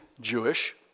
Jewish